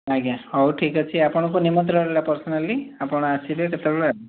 ଆଜ୍ଞା ହଉ ଠିକ୍ ଅଛି ଆପଣଙ୍କୁ ନିମନ୍ତ୍ରଣ ରହିଲା ପର୍ସନାଲି ଆପଣ ଆସିବେ କେତେବେଳେ ଆଉ